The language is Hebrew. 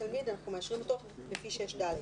אנחנו מאשרים אותו לפי 6(ד).